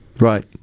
Right